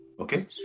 okay